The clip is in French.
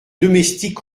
domestiques